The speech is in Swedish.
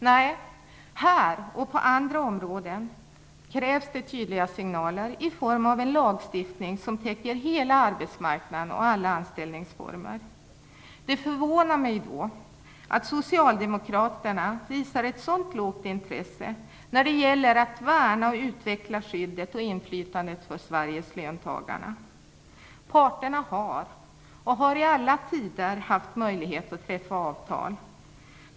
Nej, här och på andra områden krävs tydliga signaler i form av en lagstiftning som täcker in hela arbetsmarknaden och alla anställningsformer. Det förvånar mig att Socialdemokraterna visar ett så dåligt intresse när det gäller att värna och utveckla skyddet och inflytandet för Sveriges löntagare. Parterna har i alla tider haft möjlighet att träffa avtal.